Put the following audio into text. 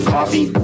Coffee